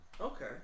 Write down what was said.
Okay